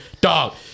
dog